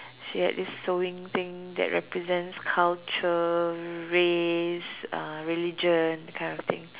she had this sowing thing that represents culture race uh religion that kind of thing